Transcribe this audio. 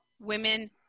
women